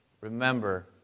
remember